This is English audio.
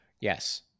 Yes